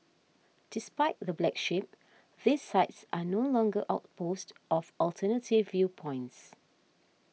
despite the black sheep these sites are no longer outposts of alternative viewpoints